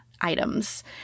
items